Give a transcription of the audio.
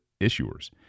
issuers